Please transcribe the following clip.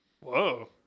Whoa